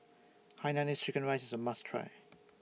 Hainanese Chicken Rice IS A must Try